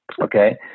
Okay